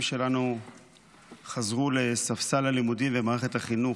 שלנו חזרו לספסל הלימודים במערכת החינוך.